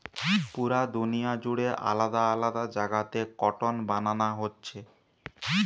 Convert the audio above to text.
পুরা দুনিয়া জুড়ে আলাদা আলাদা জাগাতে কটন বানানা হচ্ছে